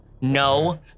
No